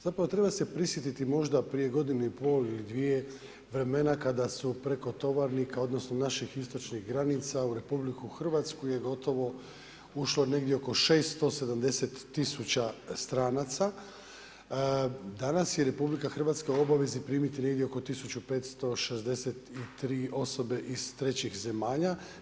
Zapravo treba se prisjetiti možda prije godinu i pol ili dvije vremena kada su preko Tovarnika odnosno naših istočnih granica u RH je gotovo ušlo oko 670 tisuća stranca, danas je RH u obavezi primiti negdje oko 1563 osobe iz trećih zemalja.